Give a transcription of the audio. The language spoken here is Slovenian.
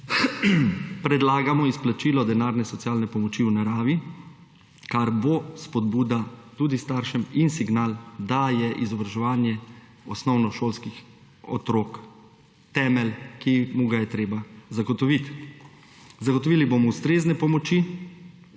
predlagamo izplačilo denarne socialne pomoči v naravi, kar bo spodbuda tudi staršem in signal, da je izobraževanje osnovnošolskih otrok temelj, ki mu ga je treba zagotoviti. Zagotovili bomo ustrezne pomoči